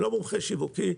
אני לא מומחה שיווקי,